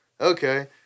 okay